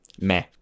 Meh